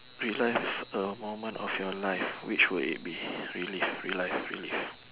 relive a moment of your life which would it be relive relive relive